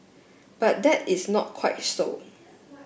but that is not quite so